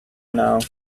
now